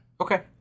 Okay